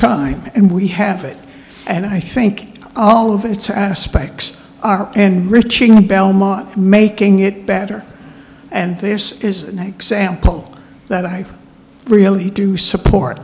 time and we have it and i think all of its aspects and richie belmont making it better and this is example that i really do support